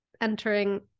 entering